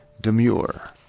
Demure